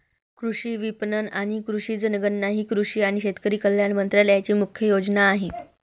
कृषी विपणन आणि कृषी जनगणना ही कृषी आणि शेतकरी कल्याण मंत्रालयाची मुख्य योजना आहे